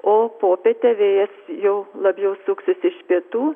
o popietę vėjas jau labiau suksis iš pietų